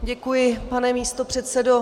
Děkuji, pane místopředsedo.